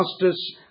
justice